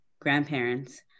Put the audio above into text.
grandparents